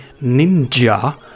Ninja